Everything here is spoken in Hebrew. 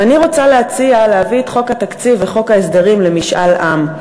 ואני רוצה להציע להביא את חוק התקציב וחוק ההסדרים למשאל עם,